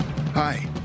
Hi